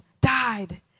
died